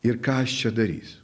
ir ką aš čia darysiu